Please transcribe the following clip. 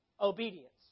Obedience